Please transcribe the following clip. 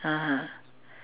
(uh huh)